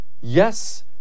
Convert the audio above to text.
Yes